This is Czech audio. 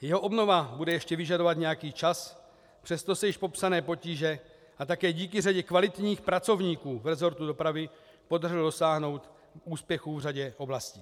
Jeho obnova bude ještě vyžadovat nějaký čas, přesto se již přes popsané potíže díky řadě kvalitních pracovníků rezortu dopravy podařilo dosáhnout úspěchu v řadě oblastí.